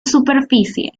superficie